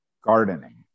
gardening